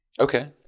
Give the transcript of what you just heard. Okay